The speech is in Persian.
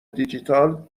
دیجیتال